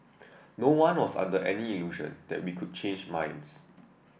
no one was under any illusion that be could change minds